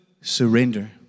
surrender